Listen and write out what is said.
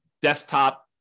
desktop